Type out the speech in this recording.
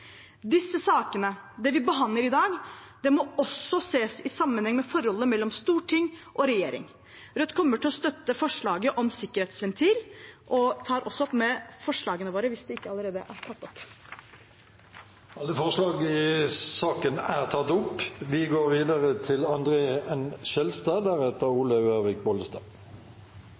Disse sakene, det vi behandler i dag, må også ses i sammenheng med forholdet mellom storting og regjering. Rødt kommer til å støtte forslaget om sikkerhetsventil. Det er en utfordrende tid for både enkeltpersoner og ikke minst samfunnet som helhet. Og det har vært en krevende tid. Mange opplever utfordringer i